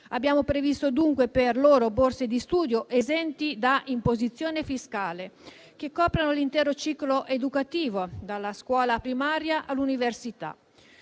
Abbiamo previsto per questi soggetti borse di studio esenti da imposizione fiscale, che coprano l'intero ciclo educativo, dalla scuola primaria all'università.